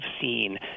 seen